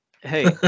hey